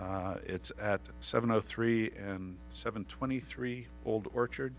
lots at seven o three and seven twenty three old orchard